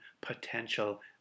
potential